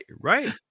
Right